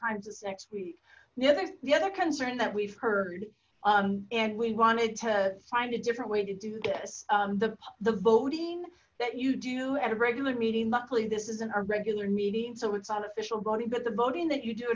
times it's next week the other the other concern that we've heard and we wanted to find a different way to do this the the voting that you do at a regular meeting luckily this isn't a regular meeting so it's on official bori but the voting that you do